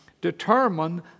determine